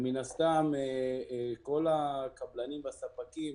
מן הסתם, כל הקבלנים והספקים